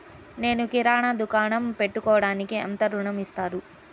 నేను కిరాణా దుకాణం పెట్టుకోడానికి ఎంత ఋణం ఇస్తారు?